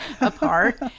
apart